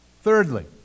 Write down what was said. Thirdly